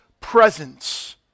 presence